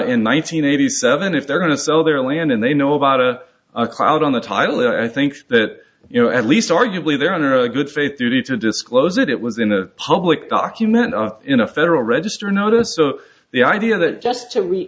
hundred eighty seven if they're going to sell their land and they know about a cloud on the title or i think that you know at least arguably they're under a good faith duty to disclose it it was in a public document in a federal register notice so the idea that